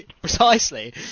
Precisely